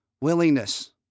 willingness